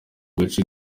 gace